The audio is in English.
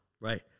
right